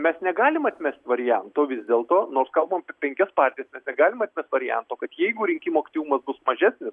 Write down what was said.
mes negalim atmest varianto vis dėlto nors kalbam penkias partijas mes negalim atmest varianto kad jeigu rinkimų aktyvumas bus mažesnis